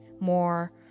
more